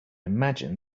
imagine